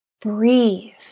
breathe